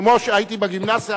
כמו שהייתי בגימנסיה,